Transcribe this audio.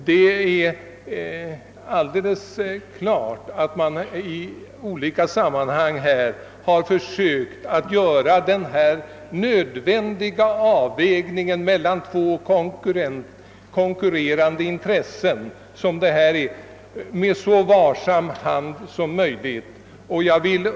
Det är alldeles klart att man i olika sammanhang har försökt att göra den nödvändiga avvägningen mellan två konkurrerande intressen som det här är fråga om med så varsam hand som möjligt.